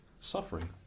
suffering